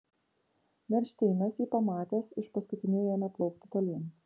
bernšteinas jį pamatęs iš paskutiniųjų ėmė plaukti tolyn